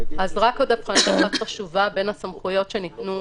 אז רק עוד הפרדה חשובה בין הסמכויות שניתנו